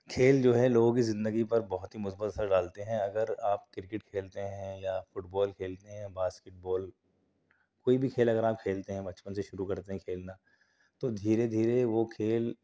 کھیل جو ہے لوگوں کی زندگی پر بہت ہی مثبت اثر ڈالتے ہیں اگر آپ کرکٹ کھیلتے ہیں یا فٹ بال کھیلتے ہیں باسکٹ بال کوئی بھی کھیل اگر آپ کھیلتے ہیں بچپن سے شروع کرتے ہیں کھیلنا تو دھیرے دھیرے وہ کھیل